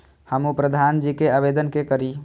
हमू प्रधान जी के आवेदन के करी?